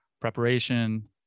preparation